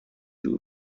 چرخ